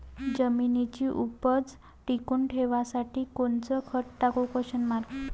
जमिनीची उपज टिकून ठेवासाठी कोनचं खत टाकू?